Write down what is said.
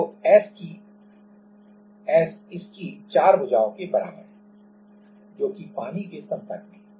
तो S इसकी 4 भुजाओ के बराबर है जो कि पानी के संपर्क में है